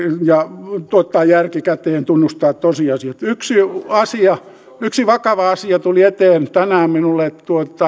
ja ottaa järki käteen tunnustaa tosiasiat yksi asia yksi vakava asia tuli eteen tänään minulle